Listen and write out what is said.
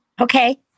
Okay